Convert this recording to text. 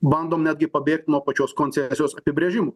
bandom netgi pabėgt nuo pačios koncesijos apibrėžimo